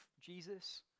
Jesus